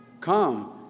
Come